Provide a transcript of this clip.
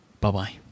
bye-bye